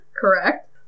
Correct